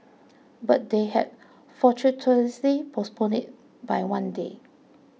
but they had fortuitously postponed it by one day